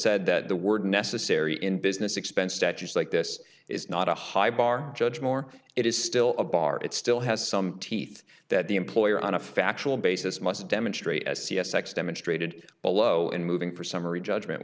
said that the word necessary in business expense statutes like this is not a high bar judge nor it is still a bar it still has some teeth that the employer on a factual basis must demonstrate as c s x demonstrated below and moving for summary judgment